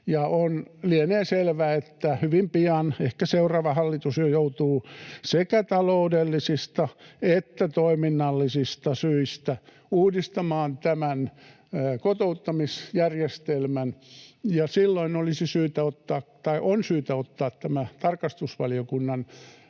Lienee selvää, että hyvin pian joudutaan — ehkä seuraava hallitus jo joutuu — sekä taloudellisista että toiminnallisista syistä uudistamaan tämä kotouttamisjärjestelmä, ja silloin on syytä ottaa tämä tarkastusvaliokunnan